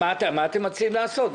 מה אתם מציעים לעשות?